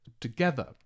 together